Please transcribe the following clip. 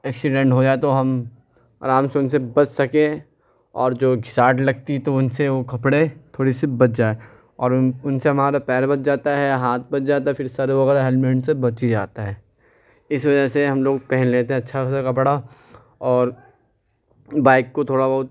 accident ہوجائے تو ہم آرام سے ان سے بچ سکیں اور جو گھساٹ لگتی تو ان سے وہ کپڑے تھوڑی سی بچ جائے اور ان ان سے ہمارا پیر بچ جاتا ہے ہاتھ بچ جاتا ہے پھر سر وغیرہ ہیلمیٹ سے بچ ہی جاتا ہے اس وجہ سے ہم لوگ پہن لیتے ہیں اچّھا خاصہ کپڑا اور بائک کو تھوڑا بہت